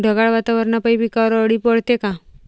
ढगाळ वातावरनापाई पिकावर अळी पडते का?